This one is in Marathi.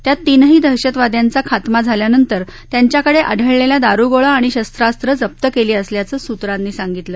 त्यात तीनही दहशतवाद्यांचा खातमा झाल्यानंतर त्यांच्याकडे आढळलेला दारुगोळा आणि शस्त्रास्त्र जप्त केली असल्याचं सूत्रांनी सांगितलं